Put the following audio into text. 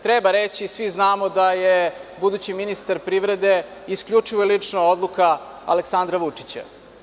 Treba reći, svi znamo da je budući ministar privrede isključivo je lična odluka Aleksandra Vučića.